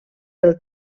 del